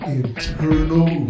internal